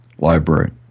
Library